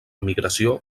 migració